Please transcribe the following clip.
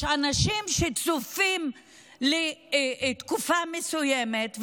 יש אנשים שצופים לתקופה מסוימת,